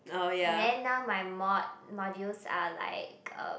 and then now my mod modules are like uh